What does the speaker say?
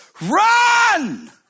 run